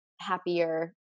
happier